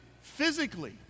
physically